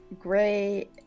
gray